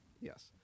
yes